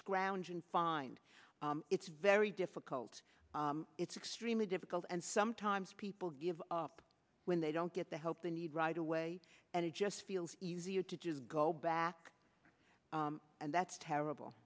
scrounge and find it's very difficult it's extremely difficult and sometimes people give up when they don't get the help they need right away and it just feels easier to just go back and that's terrible